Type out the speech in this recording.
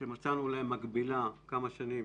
שמצאנו להן מקבילה כמה שנים,